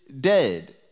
dead